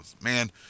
man